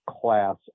class